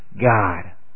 God